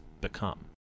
become